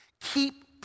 Keep